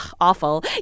awful